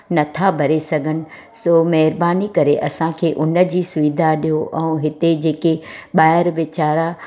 नथा भरे सघनि सो महिरबानी करे असांखे हुनजी सुविधा ॾियो ऐं हिते जेके ॿाहिरि वीचारा